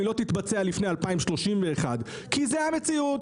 היא לא תתבצע לפני 2031. כי זו המציאות,